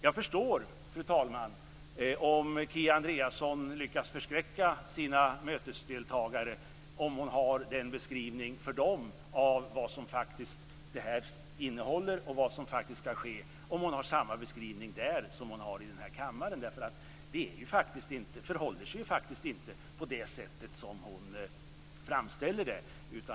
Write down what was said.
Jag förstår, fru talman, att Kia Andreasson lyckas förskräcka sina mötesdeltagare om hon ger samma beskrivning av innehållet och av vad som faktiskt skall ske för dem som hon ger i den här kammaren. Det förhåller sig faktiskt inte på det sätt som hon framställer det.